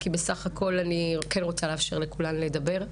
כי אני רוצה לאפשר לכולן לדבר.